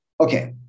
okay